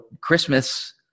Christmas